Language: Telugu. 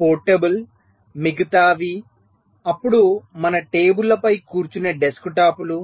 పోర్టబుల్ మిగతావి అప్పుడు మన టేబుళ్లపై కూర్చునే డెస్క్టాప్లు